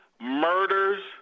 murders